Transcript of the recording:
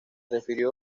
refirió